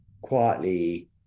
quietly